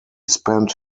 spent